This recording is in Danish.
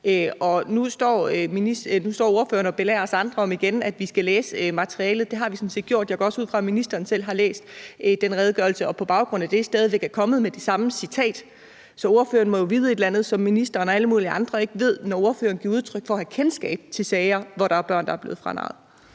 Nu står ordføreren igen og belærer os andre om, at vi skal læse materialet, og det har vi sådan set gjort, og jeg går også ud fra, at ministeren selv har læst den redegørelse og på baggrund af det stadig væk er kommet med det citat. Så ordføreren må jo vide et eller andet, som ministeren og alle mulige andre ikke ved, når ordføreren giver udtryk for have kendskab til sager, hvor der er børn, der er blevet franarret